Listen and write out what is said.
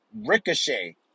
Ricochet